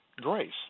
grace